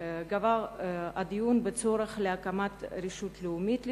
גבר הדיון בצורך להקים רשות לאומית לתקשורת,